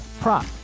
prop